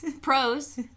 pros